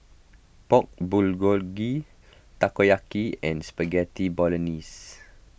Pork Bulgogi Takoyaki and Spaghetti Bolognese